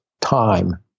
time